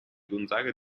gonzaga